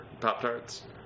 Pop-Tarts